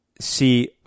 see